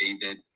David